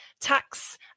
tax